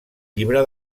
llibre